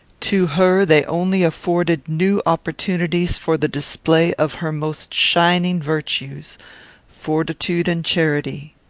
to her they only afforded new opportunities for the display of her most shining virtues fortitude and charity.